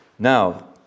Now